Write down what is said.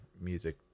music